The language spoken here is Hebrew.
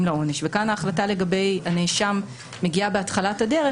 לעונש וכאן ההחלטה לגבי הנאשם מגיעה בהתחלת הדרך,